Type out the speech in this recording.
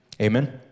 amen